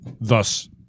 thus